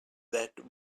that